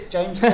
James